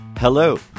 Hello